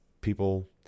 people